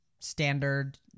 standard